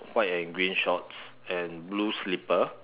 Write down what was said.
white in green shorts and blue slipper